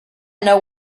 know